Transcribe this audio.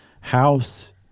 house